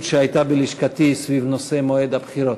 שהייתה בלשכתי סביב נושא מועד הבחירות.